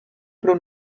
pro